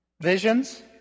Visions